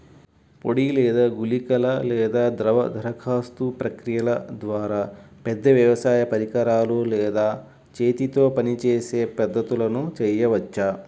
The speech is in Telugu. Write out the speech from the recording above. పొడి లేదా గుళికల లేదా ద్రవ దరఖాస్తు ప్రక్రియల ద్వారా, పెద్ద వ్యవసాయ పరికరాలు లేదా చేతితో పనిచేసే పద్ధతులను చేయవచ్చా?